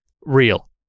real